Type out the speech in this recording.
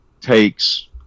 takes